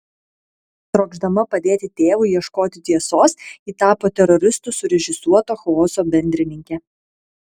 trokšdama padėti tėvui ieškoti tiesos ji tapo teroristų surežisuoto chaoso bendrininke